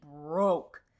broke